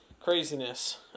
craziness